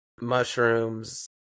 mushrooms